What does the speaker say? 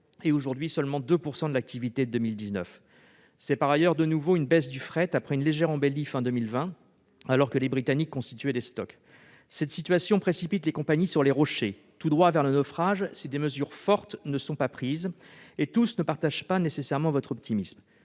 aujourd'hui que 2 % de l'activité. La baisse de volumes touche aussi le fret, après une légère embellie à la fin de 2020, alors que les Britanniques constituaient des stocks. Cette situation précipitera les compagnies sur les rochers, tout droit vers le naufrage, si des mesures fortes ne sont pas prises. Tous les opérateurs ne partagent pas nécessairement votre optimisme.